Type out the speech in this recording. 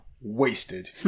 wasted